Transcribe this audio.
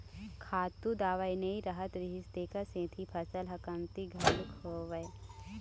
खातू दवई नइ रहत रिहिस तेखर सेती फसल ह कमती घलोक होवय